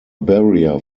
barrier